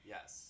Yes